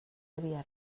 havia